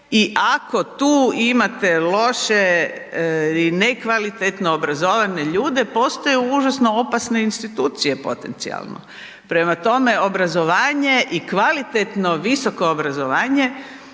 i ako tu imate loše i nekvalitetno obrazovane ljude postaju užasno opasne institucije potencijalno. Prema tome, obrazovanje i kvalitetno visoko obrazovanje